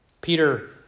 Peter